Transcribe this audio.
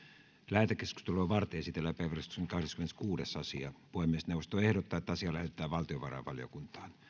lähetekeskustelua varten esitellään päiväjärjestyksen kahdeskymmeneskuudes asia puhemiesneuvosto ehdottaa että asia lähetetään valtiovarainvaliokuntaan